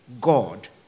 God